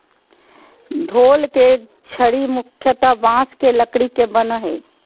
ढोल के छड़ी मुख्यतः बाँस के लकड़ी के बनो हइ